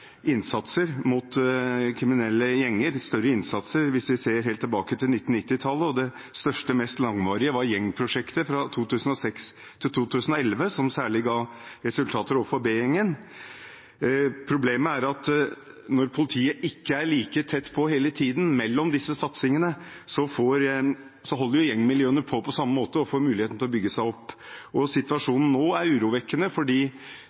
innsatser mot kriminelle gjenger, hvis vi ser helt tilbake til 1990-tallet. Den største og mest langvarige var gjengprosjektet fra 2006 til 2011, som særlig ga resultater overfor B-gjengen. Problemet er at når politiet ikke er like tett på hele tiden mellom satsingene, holder gjengmiljøene på på samme måte og får muligheten til å bygge seg opp. Situasjonen er nå urovekkende fordi de eldre gjengene, som kalles Young Guns og